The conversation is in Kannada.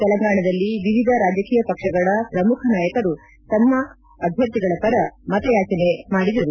ತೆಲಂಗಾಣದಲ್ಲಿ ವಿವಿಧ ರಾಜಕೀಯ ಪಕ್ಷಗಳ ಪ್ರಮುಖ ನಾಯಕರು ತಮ್ಮ ಅಭ್ದರ್ಥಿಗಳ ಪರ ಮತಯಾಚನೆ ಮಾಡಿದರು